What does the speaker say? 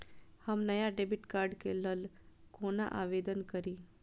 हम नया debit card के लल कौना आवेदन करि?